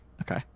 Okay